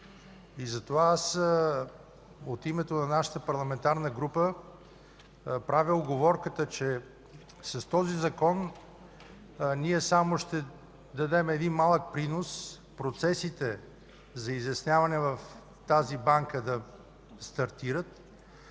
Затова от името на нашата парламентарна група правя уговорката, че с този Закон само ще дадем един малък принос – процесите за изясняване в тази банка да стартират,